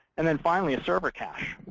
and then, finally, a server cache.